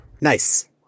nice